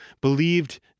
believed